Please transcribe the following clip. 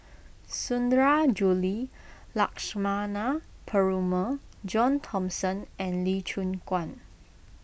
Sundarajulu Lakshmana Perumal John Thomson and Lee Choon Guan